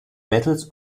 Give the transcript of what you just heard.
battles